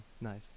nice